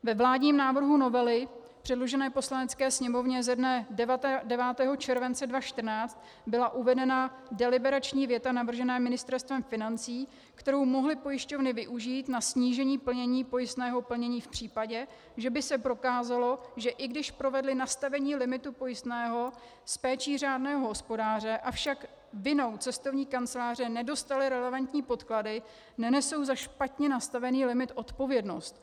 Ve vládním návrhu novely předložené Poslanecké sněmovně ze dne 9. července 2014 byla uvedena deliberační věta navržená Ministerstvem financí, kterou mohly pojišťovny využít na snížení plnění pojistného plnění v případě, že by se prokázalo, že i když provedly nastavení limitu pojistného s péčí řádného hospodáře, avšak vinou cestovní kanceláře nedostaly relevantní podklady, nenesou za špatně nastavený limit odpovědnost.